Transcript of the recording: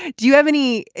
do you have any.